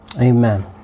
Amen